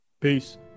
peace